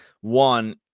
one